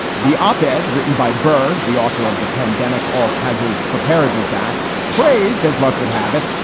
the op ed written by burr, the author of the pandemic all hazards preparedness act, praised as luck would have it,